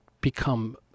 become